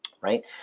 right